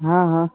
ہاں ہاں